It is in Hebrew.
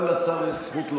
גם ההתנהגות הזאת,